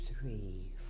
three